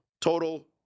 total